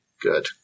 Good